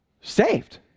saved